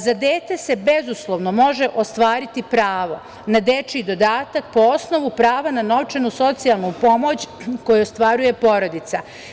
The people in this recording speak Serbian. Za dete se bezuslovno može ostvariti pravo na dečiji dodatak po osnovu prava na novčanu socijalnu pomoć koju ostvaruje porodica.